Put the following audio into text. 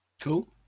Cool